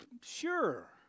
Sure